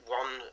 one